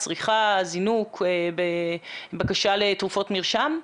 זינוק בצריכה ובבקשה לתרופות מרשם?